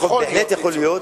בהחלט יכול להיות.